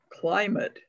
climate